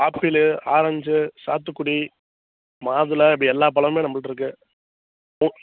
apple ஆரஞ்சு சாத்துக்குடி மாதுளை இப்படி எல்லா பழமுமே நம்மகிட்டே இருக்குது